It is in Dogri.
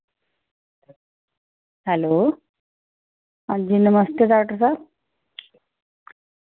हैलो अंजी नमस्ते डॉक्टर साहब